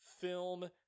film